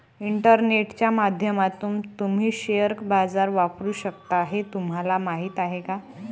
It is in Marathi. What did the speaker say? इंटरनेटच्या माध्यमातून तुम्ही शेअर बाजार वापरू शकता हे तुम्हाला माहीत आहे का?